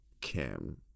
Kim